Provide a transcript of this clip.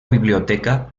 biblioteca